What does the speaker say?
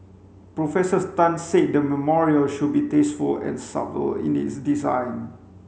Professors Tan said the memorial should be tasteful and subtle in its design